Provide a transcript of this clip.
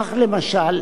כך, למשל,